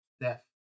death